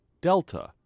Delta